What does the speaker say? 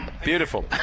Beautiful